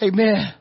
Amen